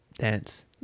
Dance